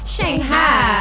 Shanghai